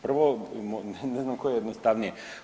Prvo, ne znam koje je jednostavnije.